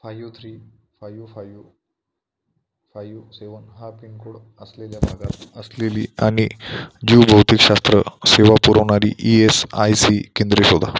five three five five five seven हा pincode असलेल्या भागात असलेली आणि जीवभौतिकशास्त्र सेवा पुरवणारी ई एस आय सी केंद्रे शोधा